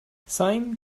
sine